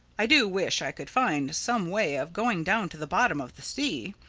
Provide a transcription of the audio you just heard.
i do wish i could find some way of going down to the bottom of the sea.